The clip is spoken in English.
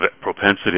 propensity